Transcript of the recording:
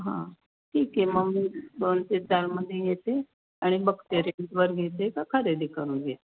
हां ठीक आहे मग मी दोन ते चारमध्ये येते आणि बघते रेंटवर घेते का खरेदी करून घेते